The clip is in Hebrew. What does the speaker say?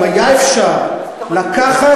אם היה אפשר לקחת,